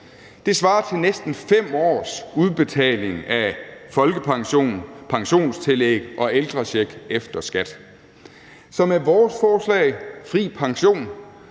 Det svarer til næsten 5 års udbetaling af folkepension, pensionstillæg og ældrecheck efter skat. Så med vores forslag, fri pension,